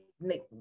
make